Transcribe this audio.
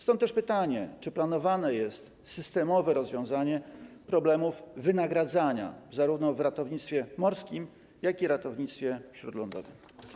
Stąd też pytanie: Czy planowane jest systemowe rozwiązanie problemów w zakresie wynagrodzeń zarówno w ratownictwie morskim, jak i w ratownictwie śródlądowym?